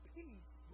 peace